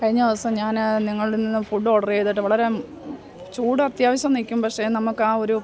കഴിഞ്ഞ ദിവസം ഞാൻ നിങ്ങളിൽ നിന്നും ഫുഡ് ഓർഡർ ചെയ്തിട്ട് വളരെ ചൂട് അത്യാവശ്യം നിൽക്കും പക്ഷേ നമുക്ക് ആ ഒരു